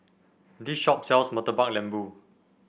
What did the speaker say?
this shop sells Murtabak Lembu